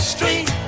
Street